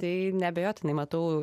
tai neabejotinai matau